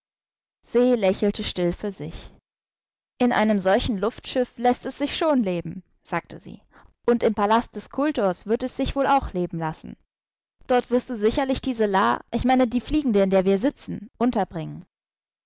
se lächelte still für sich in einem solchen luftschiff läßt es sich schon leben sagte sie und im palast des kultors wird es sich wohl auch leben lassen dort wirst du sicherlich diese la ich meine die fliegende in der wir sitzen unterbringen